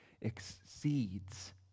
exceeds